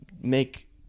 make